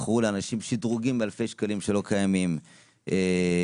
מכרו לאנשים שדרוגים שלא קיימים באלפי שקלים.